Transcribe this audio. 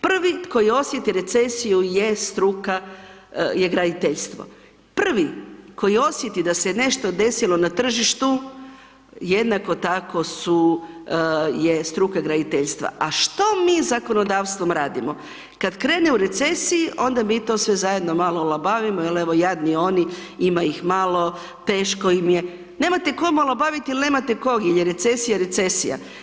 Prvi koji osjete recesiju je struka je graditeljstvo, prvi koji osjeti da se nešto desilo na tržištu jednako tako su, je struka graditeljstva, a što mi zakonodavstvom radimo, kad krene u recesiji onda mi to sve zajedno malo olabavimo jel evo jadni oni ima ih malo, teško im je, nemate kom olabavit jer nemate kog jer je recesija recesija.